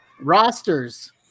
rosters